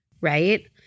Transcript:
right